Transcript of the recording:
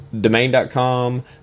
domain.com